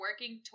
working